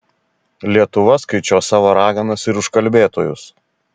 lietuva skaičiuos savo raganas ir užkalbėtojus